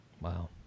Wow